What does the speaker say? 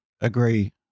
agree